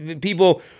people